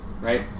Right